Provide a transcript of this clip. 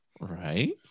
Right